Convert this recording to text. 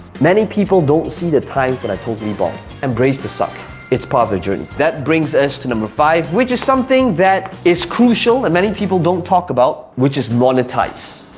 many people don't see the times when i totally bombed. embrace the suck it's part of the journey. that brings us to number five, which is something that is crucial and many people don't talk about, which is monetize.